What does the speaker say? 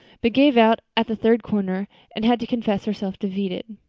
but gave out at the third corner and had to confess herself defeated.